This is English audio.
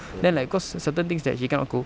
then like because certain things that she cannot cook